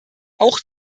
auch